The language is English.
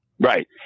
Right